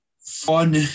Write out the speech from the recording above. fun